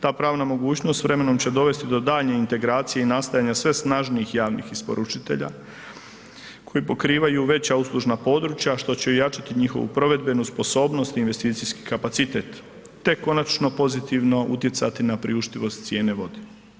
Ta pravna mogućnost s vremenom će dovesti do daljnje integracije i nastajanja sve snažnijih javnih isporučitelja koji pokrivaju veća uslužna područja što će ojačati njihovu provedbenost, sposobnost, investicijski kapacitet te konačno pozitivno utjecati na priuštivost cijene vode.